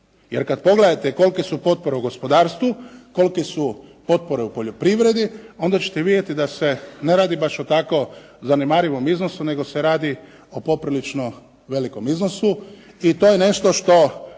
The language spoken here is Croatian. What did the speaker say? Jer kad pogledate kolike su potpore u gospodarstvu, kolike su potpore u poljoprivredi, onda ćete vidjeti da se ne radi baš o tako zanemarivom iznosu, nego se radi o poprilično velikom iznosu i to je nešto što